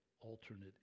alternate